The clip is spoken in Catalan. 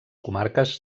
comarques